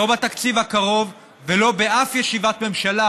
לא בתקציב הקרוב ולא באף ישיבת ממשלה,